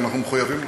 אנחנו מחויבים לה,